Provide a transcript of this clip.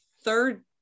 third